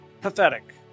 Pathetic